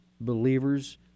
believers